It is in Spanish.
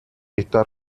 está